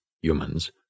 humans